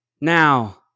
Now